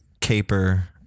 caper